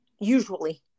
Usually